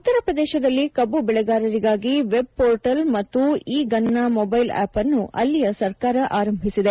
ಉತ್ತರ ಪ್ರದೇಶದಲ್ಲಿ ಕಬ್ಬು ಬೆಳೆಗಾರರಿಗಾಗಿ ವೆಬ್ ಪೋರ್ಟಲ್ ಮತ್ತು ಇ ಗನ್ನಾ ಮೊಬೈಲ್ ಆಪ್ಅನ್ನು ಅಲ್ಲಿಯ ಸರ್ಕಾರ ಆರಂಭಿಸಿದೆ